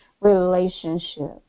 relationship